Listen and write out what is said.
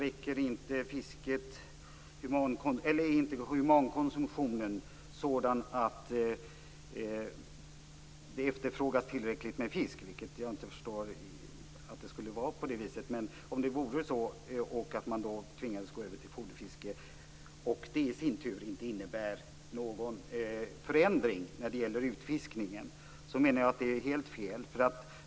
Är inte humankonsumtionen sådan att det efterfrågas tillräckligt mycket fisk? Jag förstår inte att det skulle vara så. Det är helt fel att det inte skulle innebära någon förändring för utfiskningen om man då tvingas gå över till foderfiske.